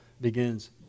begins